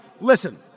Listen